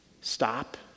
Stop